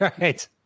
right